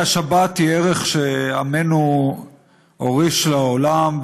השבת היא ערך שעמנו הוריש לעולם,